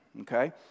okay